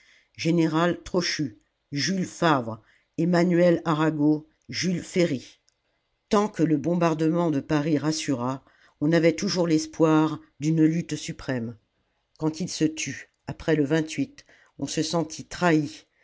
général trochu jules favre emmanuel arago jules ferry tant que le bombardement de paris rassura on avait toujours l'espoir d'une lutte suprême quand il se tut après le on se sentit trahis